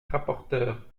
rapporteure